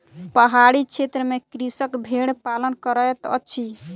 पहाड़ी क्षेत्र में कृषक भेड़ पालन करैत अछि